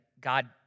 God